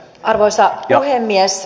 arvoisa puhemies